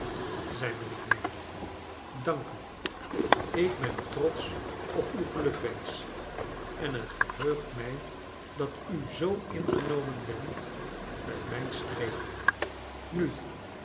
zei mijnheer kleine dorrit merdle dank u ik ben trots ch op uw gelukwensch en t verheugt mij dat u zoo ingenomen bent met mijn streven nu